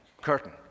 curtain